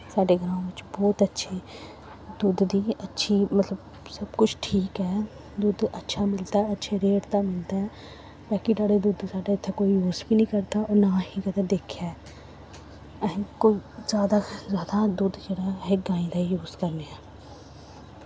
साड्डे ग्रांऽ बिच्च बौह्त अच्छे दुद्ध दी अच्छी मतलब सब कुछ ठीक ऐ दुद्ध अच्छा मिलदा अच्छे रेट दा मिलदा ऐ पैकेट आह्ला दुद्ध साढ़े इत्थें कोई य़ूस बी निं करदा होर ना ही कदें दिक्खेआ ऐ असें कोई जादा जादा दुद्ध जेह्ड़ा ऐ गायें दा ही य़ूस करने आं